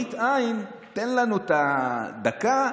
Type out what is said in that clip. למראית עין תן לנו את הדקה,